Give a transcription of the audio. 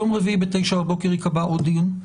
ביום רביעי בתשע בבוקר ייקבע עוד דיון,